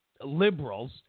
liberals